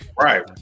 Right